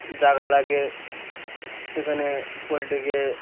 জায়গা লাগে সেখানে পোলট্রিকে